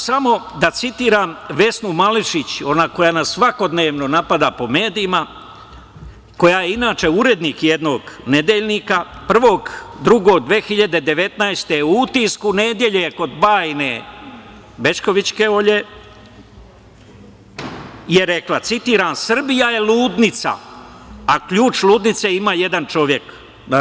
Samo ću da citiram Vesnu Mališić, ona koja nas svakodnevno napada po medijima, koja je inače urednik jednog nedeljnika, 1.2.2019. godine u „Utisku nedelje“ Olje Bećković je rekla, citiram – Srbija je ludnica, a ključ ludnice ima jedan čovek, završen citat.